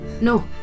no